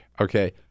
okay